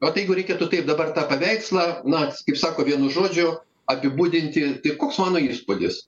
vat jeigu reikėtų taip dabar tą paveikslą na kaip sako vienu žodžiu apibūdinti tai koks mano įspūdis